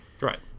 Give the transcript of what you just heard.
Right